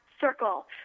circle